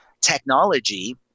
technology